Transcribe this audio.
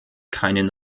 keinen